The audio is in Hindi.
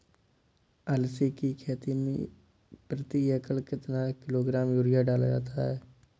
अलसी की खेती में प्रति एकड़ कितना किलोग्राम यूरिया डाला जाता है?